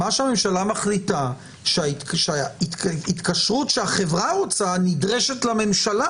מה שהממשלה מחליטה זה שההתקשרות שהחברה רוצה נדרשת לממשלה